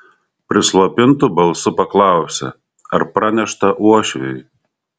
prislopintu balsu paklausė ar pranešta uošviui